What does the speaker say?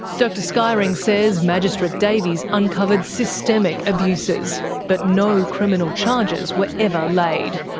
dr skyring says magistrate davies uncovered systemic abuses but no criminal charges were ever laid.